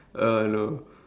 uh hello